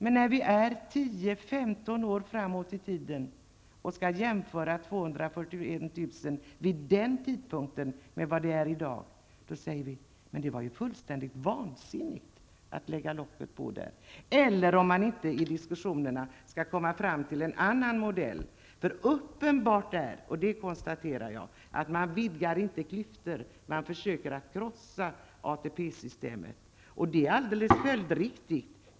Men när vi 10--15 år framåt i tiden jämför 241 000 vid den tidpunkten med vad det är i dag, säger vi: Det var ju fullständigt vansinnigt att lägga locket på där! Eller kommer man i diskussionerna fram till en annan modell? Uppenbart är, konstaterar jag, att man vidgar inte klyftor, utan man försöker krossa ATP-systemet. Och det är alldeles följdriktigt.